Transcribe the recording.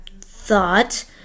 thought